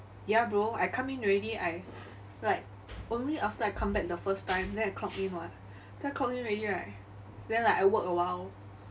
ya bro I come in already I like only after I come back the first time then I clock in [what] then I clock in already right then I like work awhile